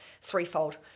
threefold